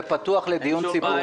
זה פתוח לדיון ציבורי.